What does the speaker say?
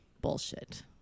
bullshit